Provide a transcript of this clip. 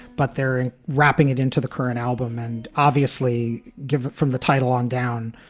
but they're and wrapping it into the current album and obviously give it from the title on down.